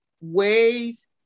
ways